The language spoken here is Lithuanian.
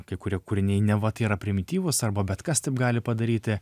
kai kurie kūriniai neva tai yra primityvūs arba bet kas taip gali padaryti